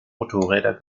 motorräder